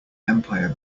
empire